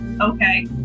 Okay